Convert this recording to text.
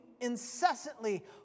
incessantly